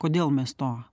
kodėl mes to